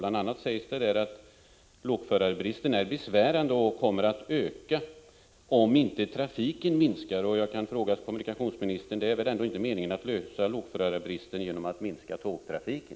Det sägs där bl.a. att brist på lokförare är besvärande och kommer att öka, om inte trafiken minskar. Jag vill fråga kommunikationsministern: Det är väl ändå inte meningen att lösa problemet med bristen på lokförare genom att minska tågtrafiken?